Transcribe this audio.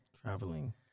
Traveling